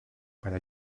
para